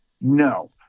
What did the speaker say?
No